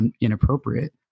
inappropriate